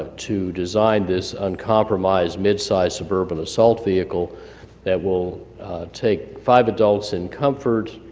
to design this uncompromised mid-sized suburban assault vehicle that will take five adults in comfort,